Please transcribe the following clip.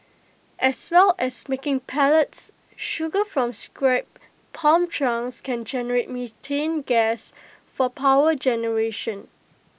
as well as making pellets sugar from scrapped palm trunks can generate methane gas for power generation